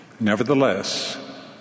Nevertheless